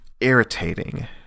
irritating